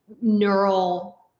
neural